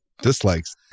dislikes